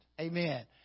Amen